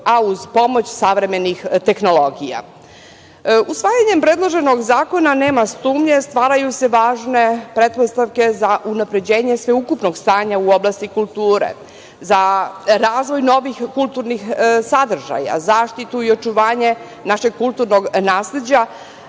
a uz pomoć savremenih tehnologija. Usvajanjem predloženog zakon nema sumnje stvaraju se važne pretpostavke za unapređenje sveukupnog stanja u oblasti kulture, za razvoj novih kulturnih sadržaja, zaštitu i očuvanje našeg kulturnog nasleđa